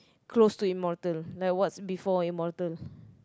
close to immortal like what's before immortal